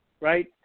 right